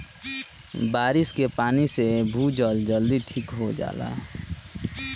बारिस के पानी से भूजल जल्दी ठीक होला